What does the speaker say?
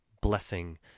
Blessing